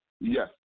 Yes